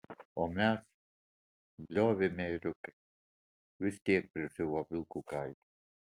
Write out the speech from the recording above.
o mes bliovėme ėriukais vis tiek prisiuvo vilkų kailius